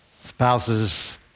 spouses